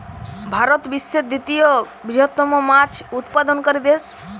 ভারত বিশ্বের তৃতীয় বৃহত্তম মাছ উৎপাদনকারী দেশ